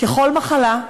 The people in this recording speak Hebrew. ככל מחלה,